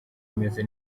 imeze